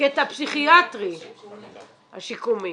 הקטע הפסיכיאטרי, השיקומי.